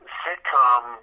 sitcom